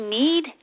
need